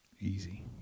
Easy